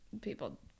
people